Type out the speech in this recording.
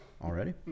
Already